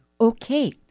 Okay